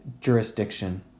jurisdiction